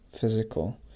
physical